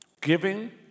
Giving